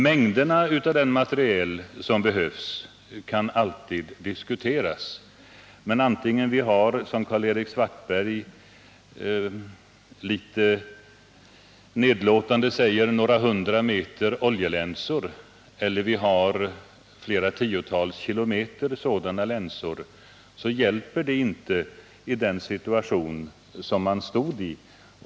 Mängderna av den materiel som behövs kan alltid diskuteras. Men vare sig vi har — som Karl-Erik Svartberg litet nedlåtande säger — några hundra meter oljelänsor eller vi har flera tiotals kilometer sådana länsor så hjälper det inte i den situation som vi befinner oss i.